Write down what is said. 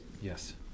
Yes